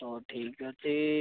ହଉ ଠିକ୍ ଅଛି ହଁ